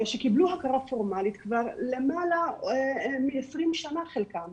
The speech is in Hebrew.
שקיבלו הכרה פורמלית כבר למעלה מעשרים שנה חלקם,